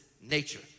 nature